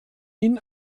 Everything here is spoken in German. ihn